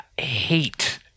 hate